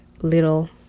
little